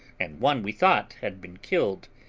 and one we thought had been killed.